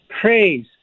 praise